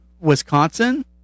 Wisconsin